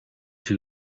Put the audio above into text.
two